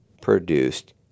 produced